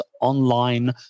online